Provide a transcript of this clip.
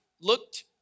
looked